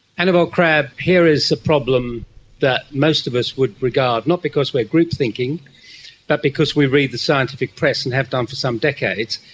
annabel crabb, here is a problem that most of us would regard, not because we are group-thinking but because we read the scientific press and have done for some decades,